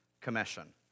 Commission